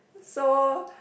so